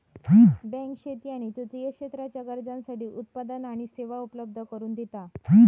bank शेती आणि तृतीय क्षेत्राच्या गरजांसाठी उत्पादना आणि सेवा उपलब्ध करून दिता